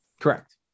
Correct